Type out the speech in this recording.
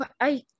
I-